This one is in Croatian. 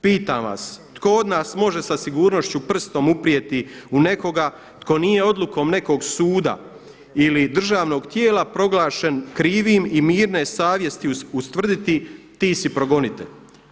Pitam vas tko od nas može sa sigurnošću prstom uprijeti u nekoga tko nije odlukom nekog suda ili državnog tijela proglašen krivim i mirne savjesti ustvrditi ti si progonitelj.